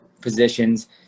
positions